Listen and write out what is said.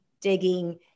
digging